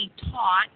taught